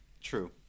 true